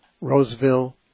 Roseville